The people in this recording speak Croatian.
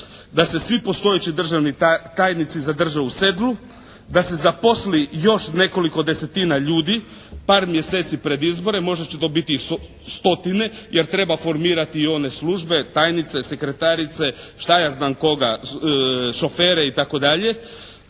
da se svi postojeći državni tajnici zadrže u sedlu, da se zaposli još nekoliko desetina ljudi par mjeseci pred izbore, možda će to biti i stotine jer treba formirati i one službe, tajnice, sekretarice, šta ja znam koga, šofere itd.